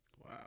Wow